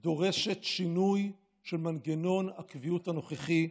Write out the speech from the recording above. כן דורשת שינוי של מנגנון הקביעות הנוכחי.